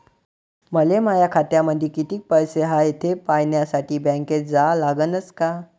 मले माया खात्यामंदी कितीक पैसा हाय थे पायन्यासाठी बँकेत जा लागनच का?